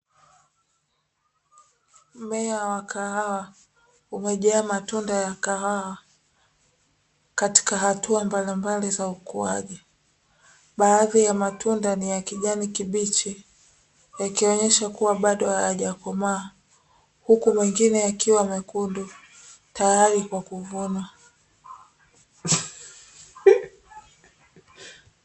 Mmea wa kahawa umejaa matunda ya kahawa katika hatua mbalimbali za ukuaji, baadhi ya matunda ni ya kijani kibichi yakionyesha kuwa bado hayajakomaa huku mengine yakiwa mekundu tayari kwa kuvunwa.